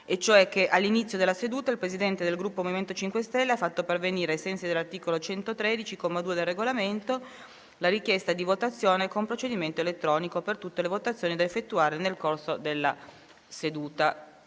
all'inizio della seduta il Presidente del Gruppo MoVimento 5 Stelle ha fatto pervenire, ai sensi dell'articolo 113, comma 2, del Regolamento, la richiesta di votazione con procedimento elettronico per tutte le votazioni da effettuare nel corso della seduta.